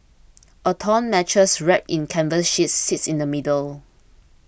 a torn mattress wrapped in canvas sheets sits in the middle